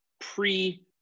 pre